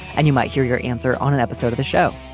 and you might hear your answer on an episode of the show.